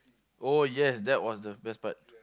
oh yes that was the best part